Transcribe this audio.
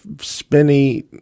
spinny